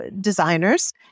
designers